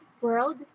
world